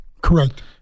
Correct